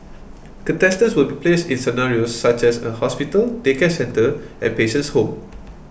contestants will be placed in scenarios such as a hospital daycare centre and patient's home